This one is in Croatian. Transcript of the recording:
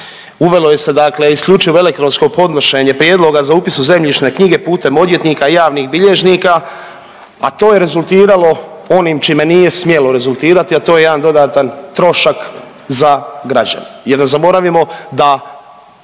Uvelo je se dakle isključivo elektronsko podnošenje prijedloga za upis u zemljišne knjige putem odvjetnika i javnih bilježnika, a to je rezultiralo onim čime nije smjelo rezultirati, a to je jedan dodatan trošak za građane jer ne zaboravimo da